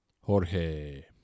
Jorge